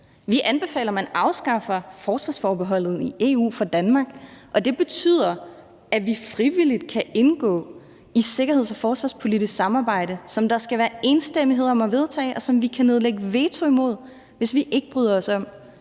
Vi anbefaler, at man afskaffer forsvarsforbeholdet i EU for Danmark, og det betyder, at vi frivilligt kan indgå i sikkerheds- og forsvarspolitisk samarbejde, som der skal være enstemmighed om at vedtage, og som vi kan nedlægge veto imod, hvis vi ikke bryder os om